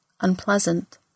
unpleasant